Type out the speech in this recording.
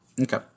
Okay